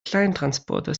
kleintransporter